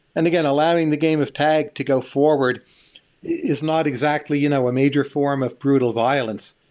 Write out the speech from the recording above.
and again, allowing the game of tag to go forward is not exactly you know a major form of brutal violence.